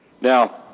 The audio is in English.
Now